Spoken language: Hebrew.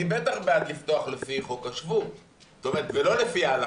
אני בטח בעד לפתוח לפי חוק השבות ולא לפי ההלכה.